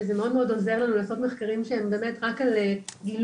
שזה מאוד עוזר לנו לעשות מחקרים שהם רק על גילוי